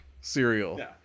cereal